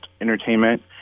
entertainment